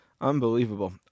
Unbelievable